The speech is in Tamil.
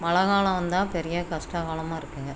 மழைகாலம் வந்தால் பெரிய கஷ்டகாலமாக இருக்குதுங்க